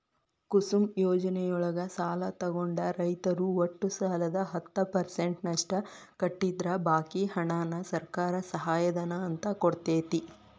ಕುಸುಮ್ ಯೋಜನೆಯೊಳಗ ಸಾಲ ತೊಗೊಂಡ ರೈತರು ಒಟ್ಟು ಸಾಲದ ಹತ್ತ ಪರ್ಸೆಂಟನಷ್ಟ ಕಟ್ಟಿದ್ರ ಬಾಕಿ ಹಣಾನ ಸರ್ಕಾರ ಸಹಾಯಧನ ಅಂತ ಕೊಡ್ತೇತಿ